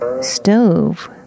Stove